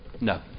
No